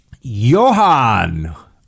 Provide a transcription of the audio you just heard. Johan